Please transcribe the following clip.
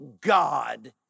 God